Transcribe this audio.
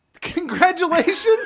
Congratulations